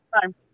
time